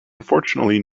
unfortunately